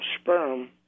sperm